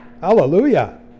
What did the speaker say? Hallelujah